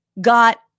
got